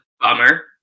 bummer